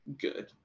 good